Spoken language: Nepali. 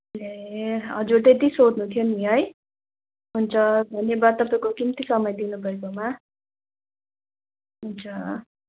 ए हजुर त्यति सोध्नु थियो नि है हुन्छ धन्यवाद तपाईँको किमती समय दिनु भएकोमा हुन्छ